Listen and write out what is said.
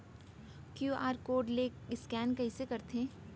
QR code ले scan कइसे करथे?